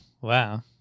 wow